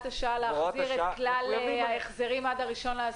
השעה להחזיר את כלל ההחזרים עד ה-1.10?